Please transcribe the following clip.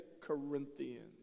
Corinthians